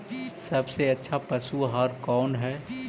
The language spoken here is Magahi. सबसे अच्छा पशु आहार कौन है?